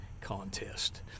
contest